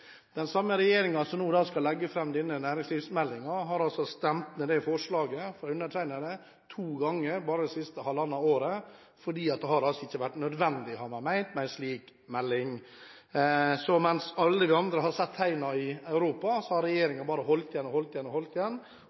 Den regjeringen som nå skal legge fram denne næringslivsmeldingen, er den samme som to ganger bare det siste halvannet året har stemt ned forslaget om dette fra undertegnende. Det har ikke vært nødvendig – har man ment – med en slik melding. Mens alle vi andre har sett tegnene i Europa, har regjeringen bare holdt igjen og holdt igjen – og